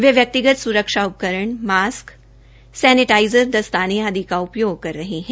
वे व्यक्तिगत सुरक्षा उपकरण मास्क सैनिटाइजऱ दस्ताने आदि का उपयोग कर रहे हैं